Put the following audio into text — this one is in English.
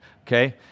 Okay